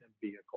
vehicle